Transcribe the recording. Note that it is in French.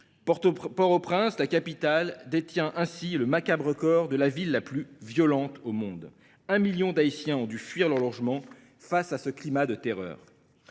Port au Prince, la capitale, détient ainsi le macabre record de la ville la plus violente au monde. Un million d’Haïtiens ont dû fuir leur logement face à ce climat de terreur.